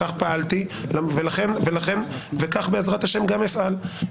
כך פעלתי וכך בעזרת ה' גם אפעל.